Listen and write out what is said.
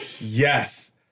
Yes